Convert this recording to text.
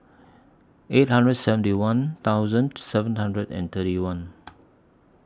eight hundred seventy one thousand seven hundred and thirty one